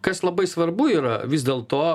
kas labai svarbu yra vis dėl to